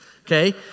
okay